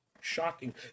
Shocking